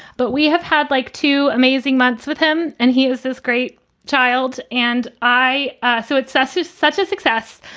but we have had like two amazing months with him and he has this great child. and i so it says he's such a success.